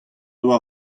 doa